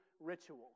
ritual